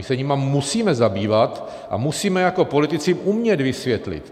My se jimi musíme zabývat a musíme jako politici umět vysvětlit.